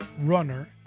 runner